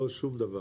לא שום דבר